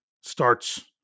starts